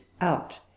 out